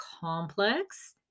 complex